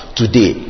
today